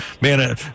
man